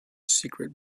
secret